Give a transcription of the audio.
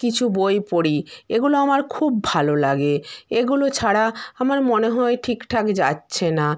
কিছু বই পড়ি এগুলো আমার খুব ভালো লাগে এগুলো ছাড়া আমার মনে হয় ঠিকঠাক যাচ্ছে না